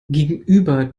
gegenüber